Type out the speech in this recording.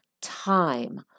time